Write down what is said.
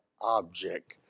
object